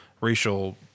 racial